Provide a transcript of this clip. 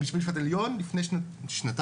וזה בית המשפט העליון לפני שנתיים.